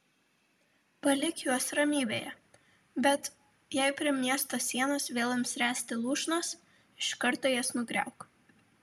palik juos ramybėje bet jei prie miesto sienos vėl ims ręsti lūšnas iš karto jas nugriauk